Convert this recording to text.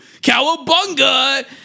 Cowabunga